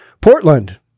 Portland